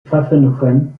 pfaffenhoffen